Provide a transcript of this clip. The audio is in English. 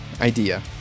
idea